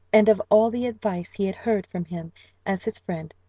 and of all the advice he had heard from him as his friend,